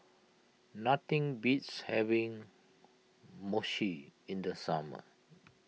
nothing beats having Mochi in the summer